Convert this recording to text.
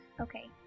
Okay